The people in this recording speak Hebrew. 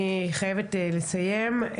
אני חייבת לסיים.